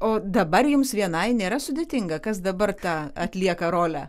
o dabar jums vienai nėra sudėtinga kas dabar tą atlieka rolę